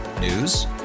News